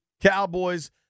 Cowboys